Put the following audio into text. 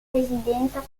residenza